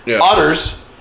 Otters